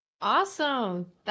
Awesome